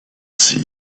sea